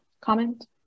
comment